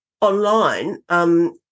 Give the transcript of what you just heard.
online